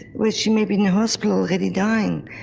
well she may be in hospital already dying.